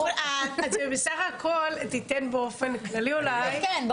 בסך הכל תיתן באופן כללי אולי, מה